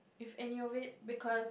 if any of it because